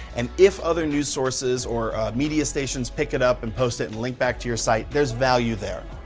and if other news sources or media stations pick it up and post it and link back to your site, there's value there.